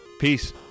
peace